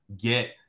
get